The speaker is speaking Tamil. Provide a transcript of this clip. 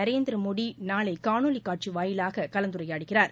நரேந்திரமோடி நாளை காணொலி காட்சி வாயிலாக கலந்துரையாடுகிறார்